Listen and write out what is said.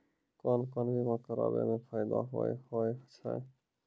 कोन कोन बीमा कराबै मे फायदा होय होय छै?